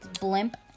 blimp